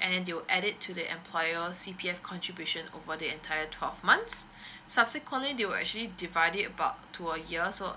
and then they will add it to the entire C_P_F contribution over the entire twelve months subsequently they will actually divide it about to a year so